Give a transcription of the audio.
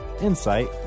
insight